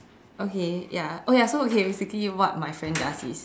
okay ya okay ya so basically what my friend does is